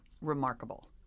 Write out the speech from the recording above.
remarkable